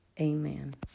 Amen